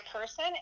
person